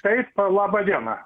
taip labą dieną